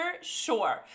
sure